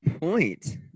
point